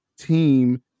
team